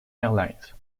airlines